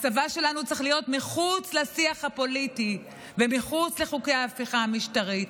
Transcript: הצבא שלנו צריך להיות מחוץ לשיח הפוליטי ומחוץ לחוקי ההפיכה המשטרית.